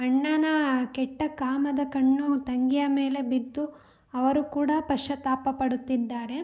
ಅಣ್ಣನ ಕೆಟ್ಟ ಕಾಮದ ಕಣ್ಣು ತಂಗಿಯ ಮೇಲೆ ಬಿದ್ದು ಅವರು ಕೂಡ ಪಶ್ಚಾತ್ತಾಪ ಪಡುತ್ತಿದ್ದಾರೆ